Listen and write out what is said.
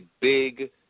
big